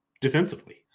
defensively